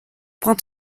prends